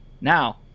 now